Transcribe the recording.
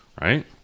right